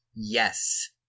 yes